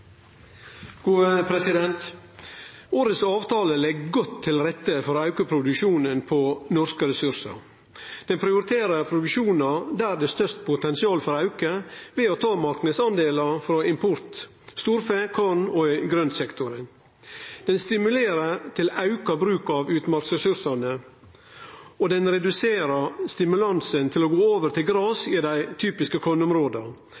gode politiske skritt framover for å øke norsk matproduksjon. Årets avtale legg godt til rette for å auke produksjonen på norske ressursar. Den prioriterer produksjonar der det er størst potensial for auke ved å ta marknadsdelar frå import: storfe, korn og grøntsektoren. Den stimulerer til auka bruk av utmarksressursane, og den reduserer stimulansen til å gå over til